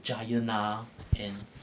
giant ah and